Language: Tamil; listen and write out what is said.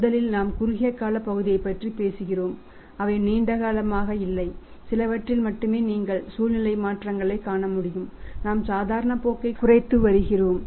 முதலில் நாம் குறுகிய கால பகுதியைப் பற்றி பேசுகிறோம் அவை நீண்ட காலமாக இல்லை சிலவற்றில் மட்டுமே நீங்கள் சூழ்நிலை மாற்றங்களைக் காண முடியும் நாம் சாதாரண போக்கைக் குறைத்து வருகிறோம்